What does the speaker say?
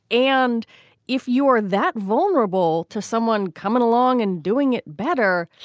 and if you are that vulnerable to someone coming along and doing it better,